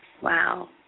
Wow